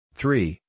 three